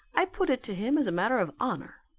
i put it to him as a matter of honour,